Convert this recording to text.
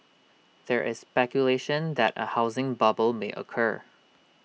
there is speculation that A housing bubble may occur